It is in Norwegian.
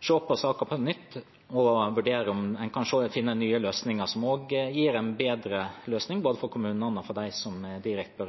se på saken på nytt og vurdere om en kan finne nye løsninger, som også gir en bedre løsning både for kommunene og for de ansatte som er direkte